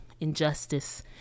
injustice